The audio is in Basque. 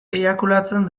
eiakulatzen